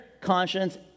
conscience